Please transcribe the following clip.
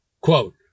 Quote